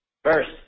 First